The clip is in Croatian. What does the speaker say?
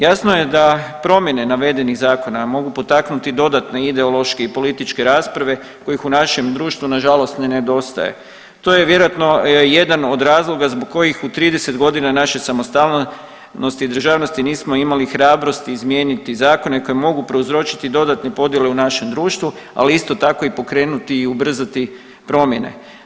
Jasno je da promjene navedenih zakona mogu potaknuti dodatne ideološke i političke rasprave kojih u našem društvu nažalost ne nedostaje, to je vjerojatno jedan od razloga zbog kojih u 30 godina naše samostalnosti i državnosti nismo imali hrabrosti izmijeniti zakone koji mogu prouzročiti dodatne podjele u našem društvu, ali isto tako i pokrenuti i ubrzati promjene.